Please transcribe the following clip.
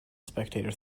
spectator